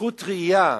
זכות ראייה.